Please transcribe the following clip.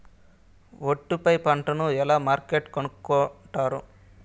ఒట్టు పై పంటను ఎలా మార్కెట్ కొనుక్కొంటారు?